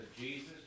Jesus